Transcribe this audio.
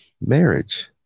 marriage